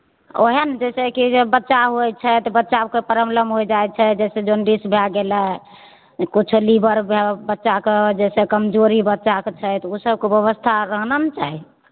ओहए ने जैसे की जे बच्चा होइ छै तऽ बच्चाके प्रोबलेम होइ जा छै जैसे जनडिस भऽ गेलै किछो लीभर भे बच्चाके जैसे कमजोरी बच्चाके छै तऽ ओ सबके व्यवस्था रहना ने चाही